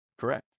Correct